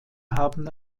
haben